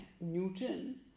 Newton